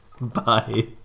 Bye